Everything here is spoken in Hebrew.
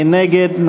מי נגד?